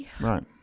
Right